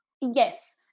Yes